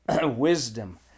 wisdom